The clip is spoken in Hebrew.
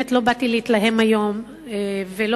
באתי להתלהם היום ולא